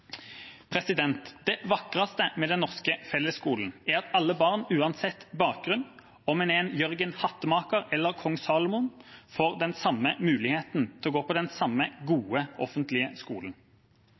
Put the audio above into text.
Det vakreste med den norske fellesskolen er at alle barn uansett bakgrunn, om en er Jørgen hattemaker eller kong Salomo, får den samme muligheten til å gå på den samme